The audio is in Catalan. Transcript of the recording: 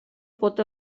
pot